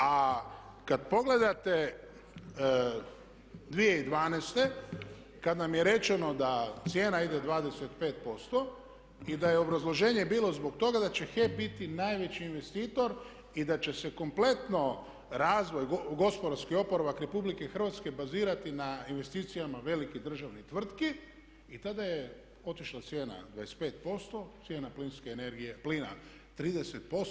A kada pogledate 2012. kada nam je rečeno da cijena ide 25% i da je obrazloženje bilo zbog toga da će HEP biti najveći investitor i da će se kompletno razvoj, gospodarski oporavak Republike Hrvatske bazirati na investicijama velikih državnih tvrtki i tada je otišla cijena 25%, cijena plinske energije, plina 30%